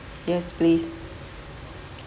yes please